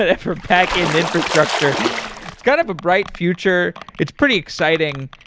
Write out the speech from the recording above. whatever back in infrastructure it's kind of a bright future. it's pretty exciting.